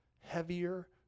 heavier